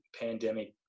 pandemic